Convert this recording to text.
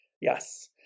Yes